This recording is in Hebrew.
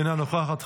אינה נוכחת,